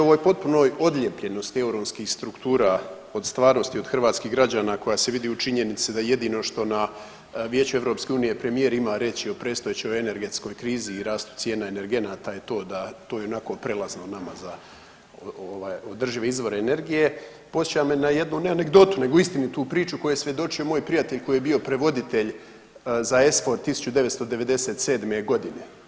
Govoreći o ovoj potpunoj odljepljenosti europskih struktura od stvarnosti od hrvatskih građana koja se vidi u činjenici da jedino što na Vijeću EU premijer ima reći o predstojećoj energetskoj krizi i rastu cijena energenata je to da, to je ionako prelazno nama za ovaj održive izvore energije, podsjeća me na jednu ne anegdotu nego istinitu priču kojoj je svjedočio moj prijatelj koji je bio prevoditelj za SFOR 1997.g.